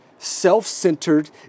self-centered